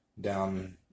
down